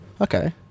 Okay